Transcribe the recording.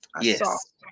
Yes